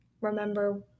remember